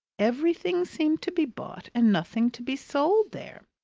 everything seemed to be bought and nothing to be sold there.